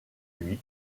lui